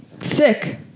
Sick